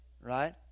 right